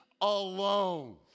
alone